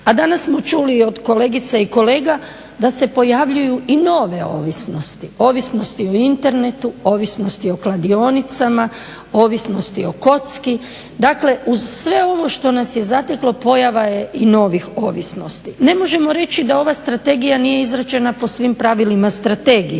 A danas smo čuli i od kolegica i kolega da se pojavljuju i nove ovisnosti, ovisnosti o internetu, ovisnosti o kladionicama, ovisnosti o kocki. Dakle, uz sve ovo što nas je zateklo, pojava je i novih ovisnosti. Ne možemo reći da ova strategija nije izrađena po svim pravilima strategije,